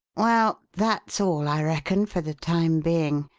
well, that's all, i reckon, for the time being.